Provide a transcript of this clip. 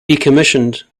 decommissioned